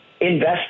invest